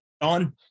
on